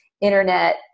internet